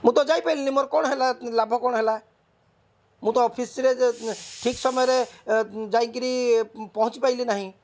ମୁଁ ତ ଯାଇପାଇଲିନି ମୋର କ'ଣ ହେଲା ଲାଭ କ'ଣ ହେଲା ମୁଁ ତ ଅଫିସ୍ରେ ଠିକ୍ ସମୟରେ ଯାଇ କରି ପହଞ୍ଚି ପାଇଲି ନାହିଁ